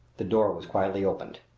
the door was quietly opened.